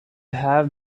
have